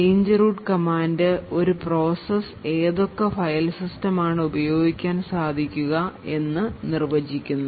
change root command ഒരു process ഏതൊക്കെ file system ആണ് ഉപയോഗിക്കാൻ സാധിക്കുക എന്ന് നിർവചിക്കുന്നു